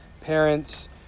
Parents